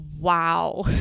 Wow